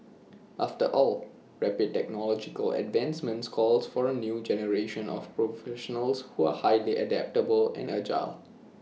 after all rapid technological advancements calls for A new generation of professionals who are highly adaptable and agile